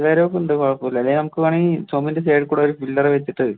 നേരമൊക്കെയുണ്ട് കുഴപ്പമില്ല അല്ലേ നമുക്ക് വേണമെങ്കിൽ ചുമരിൻ്റെ സൈഡീക്കൂടൊരു പില്ലറ് വെച്ചിട്ട്